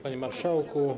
Panie Marszałku!